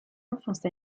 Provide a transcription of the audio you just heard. enfance